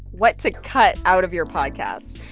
what to cut out of your podcast.